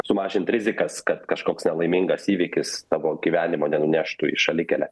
sumažint rizikas kad kažkoks nelaimingas įvykis tavo gyvenimą nenuneštų į šalikelę